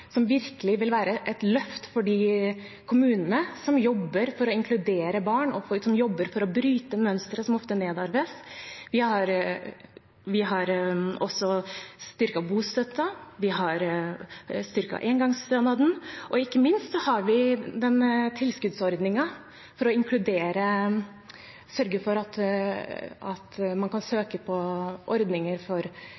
som virkelig vil være et løft for de kommunene som jobber for å inkludere barn og for å bryte mønstre som ofte nedarves. Vi har også styrket bostøtten, og vi har styrket engangsstønaden. Ikke minst har vi tilskuddsordningen for å sørge for at man kan